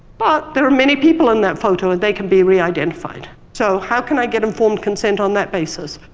but there are many people in that photo, and they can be reidentified. so how can i get informed consent on that basis?